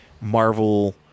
marvel